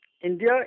India